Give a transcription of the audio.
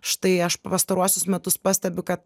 štai aš pastaruosius metus pastebiu kad